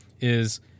is-